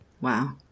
Wow